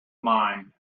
mine